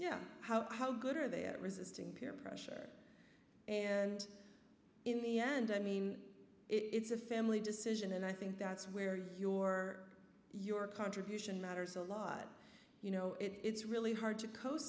yeah how how good are they at resisting peer pressure and in the end i mean it's a family decision and i think that's where your your contribution matters a lot you know it's really hard to